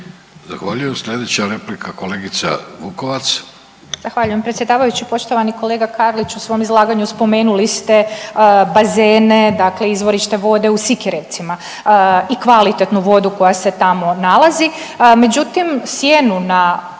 Zahvaljujem. Slijedeća replika kolegica Vukovac. **Vukovac, Ružica (Nezavisni)** Zahvaljujem predsjedavajući. Poštovani kolega Karlić, u svom izlaganju spomenuli ste bazene dakle izvorište vode u Sikirevcima i kvalitetnu vodu koja se tamo nalazi,